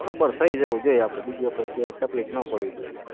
બરાબર થઇ જવું જોઇએ આપણે બીજી વખત ક્યાંય તકલીફ ન પડવી જોઇએ